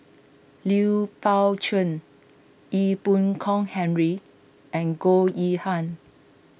Lui Pao Chuen Ee Boon Kong Henry and Goh Yihan